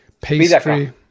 pastry